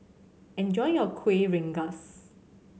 enjoy your Kuih Rengas